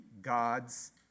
gods